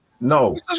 No